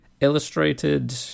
Illustrated